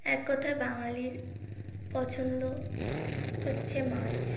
এক কথায় বাঙালির পছন্দ হচ্ছে মাছ